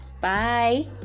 bye